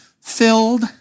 filled